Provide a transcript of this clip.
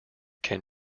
can